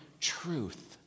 truth